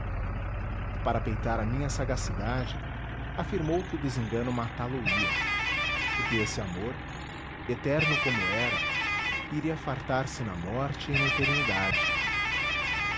para peitar a minha sagacidade afirmou que o desengano matá lo ia porque esse amor eterno como era iria fartarse na morte e na eternidade